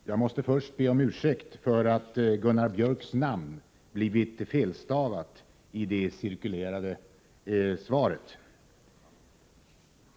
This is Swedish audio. Herr talman! Jag måste först be om ursäkt för att Gunnar Biörcks namn har blivit felstavat i det utdelade svaret.